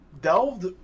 delved